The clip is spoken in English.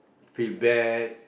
feel bad